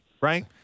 right